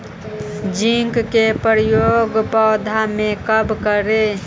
Zinc के प्रयोग पौधा मे कब करे?